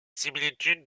similitude